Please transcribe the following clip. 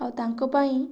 ଆଉ ତାଙ୍କ ପାଇଁ